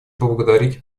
поблагодарить